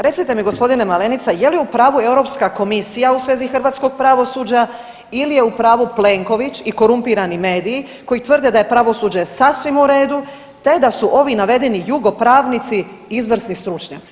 Recite mi gospodine Malenica je li u pravu Europska komisija u svezi hrvatskog pravosuđa ili je u pravu Plenković i korumpirani mediji koji tvrde da je pravosuđe sasvim u redu te da su ovi navedeni jugopravnici izvrsni stručnjaci?